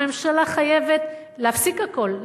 הממשלה חייבת להפסיק הכול,